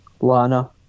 Lana